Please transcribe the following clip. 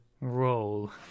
Roll